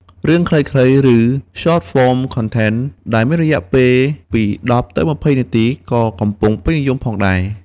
រឿងខ្លីៗ ឬ Short-form content ដែលមានរយៈពេលពី ១០ ទៅ ២០ នាទីក៏កំពុងពេញនិយមផងដែរ។